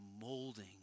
molding